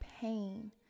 pain